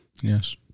Yes